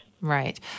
Right